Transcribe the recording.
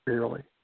Barely